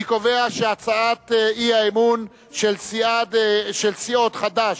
אני קובע שהצעת האי-אמון של סיעות חד"ש,